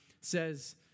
says